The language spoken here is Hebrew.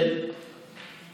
גם